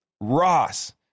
Ross